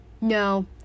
no